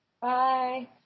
Bye